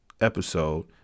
episode